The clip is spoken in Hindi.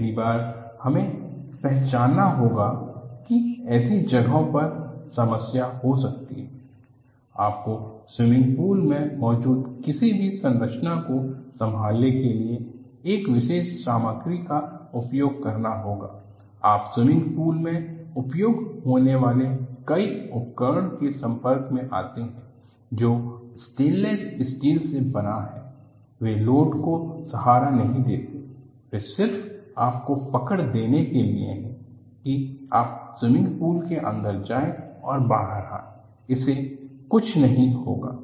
पहली बात हमे पहचाना होगा की ऐसी जगहों पर समस्या हो सकती है आपको स्विमिंग पूल में मौजूद किसी भी संरचना को संभालने के लिए एक विशेष सामग्री का उपयोग करना होगा आप स्विमिंग पूल मे उपयोग होने वाले कई उपकरण के सम्पर्क में आते हैं जो स्टेनलेस स्टील से बना है वे लोड को सहारा नही देते वे सिर्फ आपको पकड़ देने के लिए हैंकी आप स्विमिंग पूल के अंदर जाए और बाहर आएउसे कुछ नहीं होगा